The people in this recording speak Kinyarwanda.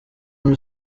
muri